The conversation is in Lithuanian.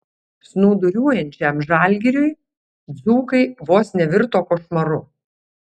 snūduriuojančiam žalgiriui dzūkai vos nevirto košmaru